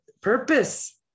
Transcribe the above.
purpose